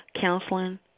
counseling